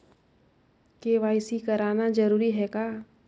KYC कराना जरूरी है का?